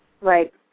Right